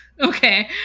Okay